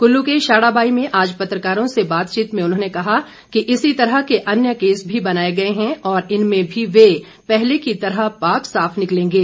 कुल्लू के शाढ़ाबाई में आज पत्रकारों से बातचीत में उन्होंने कहा कि इसी तरह के अन्य केस भी बनाए गए हैं और इनमें भी वे पहले की तरह पाक साफ निकलेंगे